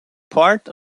part